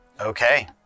Okay